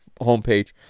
homepage